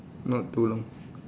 not too long